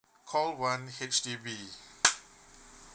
call one H_D_B